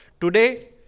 Today